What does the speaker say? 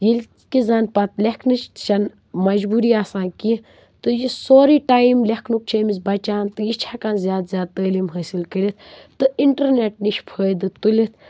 ییٚلہِ کہِ زن پتہٕ لیٛکھںٕچ تہِ چھَنہٕ مجبوٗری آسان کیٚنٛہہ تہٕ یہِ سورُے ٹایم لیٚکھنُک چھِ أمِس بَچان تہِ یہِ چھِ ہٮ۪کان زیادٕ زیادٕ تعلیم حٲصِل کٔرِتھ تہٕ اِنٹرنٮ۪ٹ نِش فٲیدٕ تُلِتھ